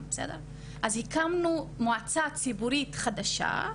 אז הקמנו מועצה ציבורית חדשה,